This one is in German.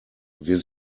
wir